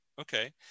Okay